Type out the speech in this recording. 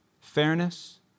fairness